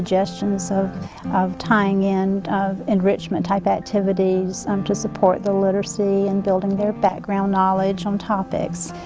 suggestions of of tying in of enrichment-type activities um to support the literacy and building their background knowledge on topics.